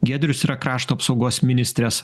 giedrius yra krašto apsaugos ministrės